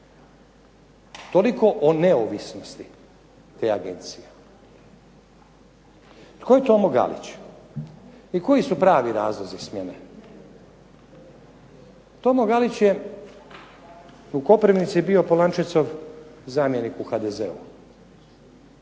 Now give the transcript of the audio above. Toliko o neovisnosti te agencije. Tko je Tomo Galić i koji su pravi razlozi smjene? Tomo Galić je u Koprivnici bio Polančecov zamjenik u HDZ-u,